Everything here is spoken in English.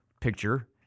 picture